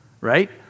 right